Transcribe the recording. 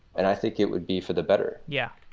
and i think it would be for the better. yeah.